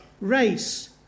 Race